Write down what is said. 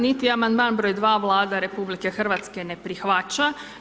Niti amandman br.2. Vlada RH ne prihvaća.